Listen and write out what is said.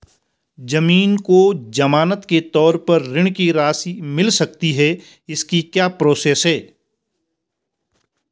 ज़मीन को ज़मानत के तौर पर ऋण की राशि मिल सकती है इसकी क्या प्रोसेस है?